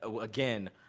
again